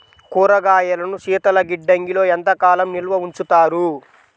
కూరగాయలను శీతలగిడ్డంగిలో ఎంత కాలం నిల్వ ఉంచుతారు?